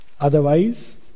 otherwise